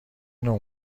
نوع